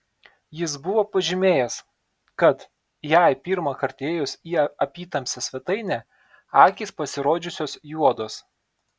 jis buvo pažymėjęs kad jai pirmąkart įėjus į apytamsę svetainę akys pasirodžiusios juodos